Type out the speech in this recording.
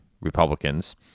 Republicans